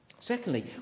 Secondly